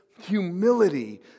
humility